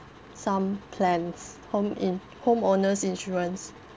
some plans home in~ home owner's insurance